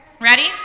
ready